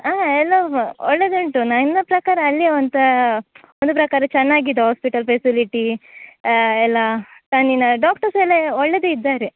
ಹಾಂ ಎಲ್ಲಾ ಒಳ್ಳೆದೇ ಉಂಟು ನನ್ನ ಪ್ರಕಾರ ಅಲ್ಲಿ ಒಂತ ಒಂದು ಪ್ರಕಾರ ಚೆನ್ನಾಗಿದೆ ಹಾಸ್ಪಿಟಲ್ ಫೆಸಿಲಿಟಿ ಎಲ್ಲಾ ಕಣ್ಣಿನ ಡಾಕ್ಟರ್ಸ್ ಎಲ್ಲಾ ಒಳ್ಳೆದೇ ಇದ್ದಾರೆ